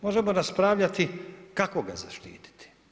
Možemo raspravljati kako ga zaštititi.